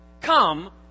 Come